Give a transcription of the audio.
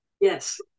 yes